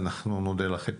אנחנו נודה לכם.